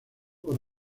por